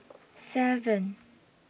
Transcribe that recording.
seven